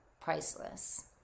priceless